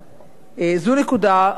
זו נקודה ראשונה.